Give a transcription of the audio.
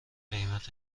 قیمت